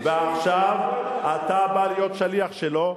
ועכשיו אתה בא להיות שליח שלו.